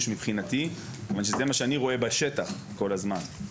מבחינתי כיוון שזה מה שאני רואה בשטח כל הזמן,